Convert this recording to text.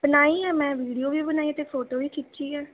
ਬਣਾਈ ਹੈ ਮੈਂ ਵੀਡੀਓ ਵੀ ਬਣਾਈ ਅਤੇ ਫੋਟੋ ਵੀ ਖਿੱਚੀ ਆ